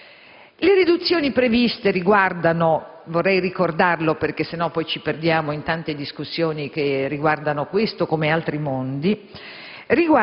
Le riduzioni previste riguardano - vorrei ricordarlo perché altrimenti ci perdiamo in tante discussioni che riguardano questo come altri mondi